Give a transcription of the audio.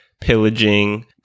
pillaging